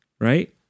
right